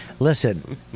Listen